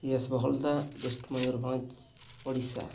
ᱵᱚᱦᱚᱲᱫᱟ Mayurbhanj Odisha